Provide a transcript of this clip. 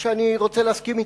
שאני רוצה להסכים אתו,